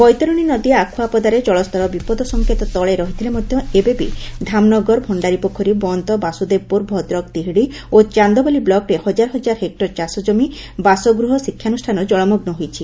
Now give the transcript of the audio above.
ବୈତରଣୀ ନଦୀ ଆଖୁଆପଦାରେ ଜଳସ୍ତର ବିପଦସଂକେତ ତଳେ ରହିଥିଲେ ମଧ୍ଧ ଏବେ ବି ଧାମନଗର ଭଶ୍ତାରିପୋଖରୀ ବନ୍ତ ବାସୁଦେବପୁର ଭଦ୍ରକ ତିହିଡ଼ି ଓ ଚାନ୍ଦବାଲି ବ୍ଲକରେ ହଜାର ହେକୂର ଚାଷଜମି ବାସଗୃହ ଶିକ୍ଷାନୁଷ୍ଠାନ ଜଳମଗୁ ହୋଇଛି